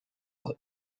pour